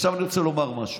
עכשיו אני רוצה לומר משהו: